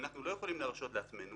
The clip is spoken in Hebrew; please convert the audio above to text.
אנחנו לא יכולים להרשות לעצמנו